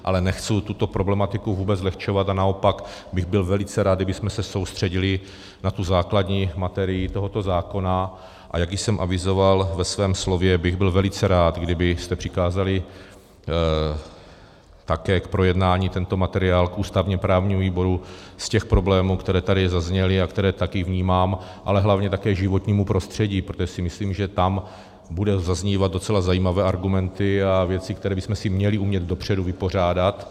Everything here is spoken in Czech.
Ale nechci tuto problematiku vůbec zlehčovat, naopak bych byl velice rád, kdybychom se soustředili na tu základní materii tohoto zákona, a jak již jsem avizoval ve svém slově, bych byl velice rád, kdybyste přikázali také k projednání tento materiál ústavněprávnímu výboru z těch problémů, které tady zazněly a které také vnímám, ale hlavně také životnímu prostředí, protože si myslím, že tam budou zaznívat docela zajímavé argumenty a věci, které bychom si měli umět dopředu vypořádat.